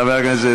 תפרגן לו שהוא